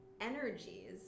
energies